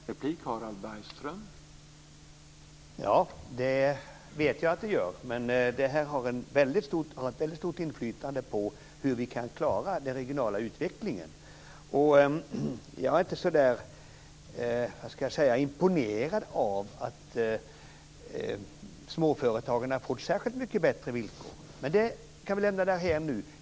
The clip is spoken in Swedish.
Herr talman! Ja, det vet jag att det gör. Men detta har väldigt stort inflytande på hur vi kan klara den regionala utvecklingen. Jag är inte så imponerad, och tycker inte att småföretagarna får särskilt mycket bättre villkor. Men det kan vi lämna därhän nu.